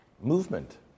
movement